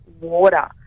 water